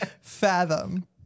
fathom